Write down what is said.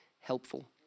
helpful